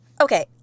Okay